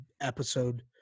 episode